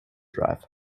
drive